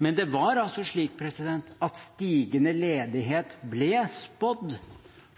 Men det var altså slik at stigende ledighet ble spådd